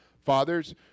Fathers